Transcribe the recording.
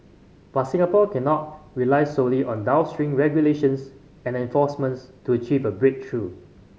but Singapore cannot rely solely on downstream regulations and enforcements to achieve a breakthrough